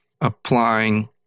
applying